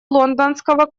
лондонского